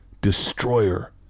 Destroyer